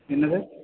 என்ன சார்